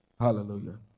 Hallelujah